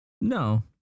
No